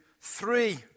three